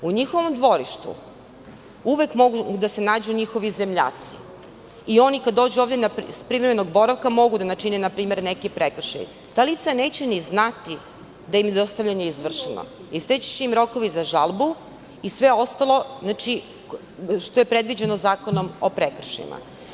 U njihovom dvorištu uvek mogu da se nađu njihovi zemljaci i oni kada dođu ovde sa privremenog boravka mogu da načine neki prekršaj, ta lica neće ni znati da im je dostavljanje izvršeno, isteći će im rokovi za žalbu i sve ostalo što je predviđeno Zakonom o prekršajima.